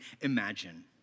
imagine